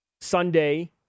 Sunday